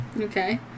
Okay